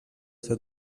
seu